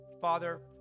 Father